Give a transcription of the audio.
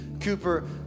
Cooper